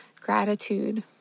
gratitude